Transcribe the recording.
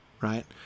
right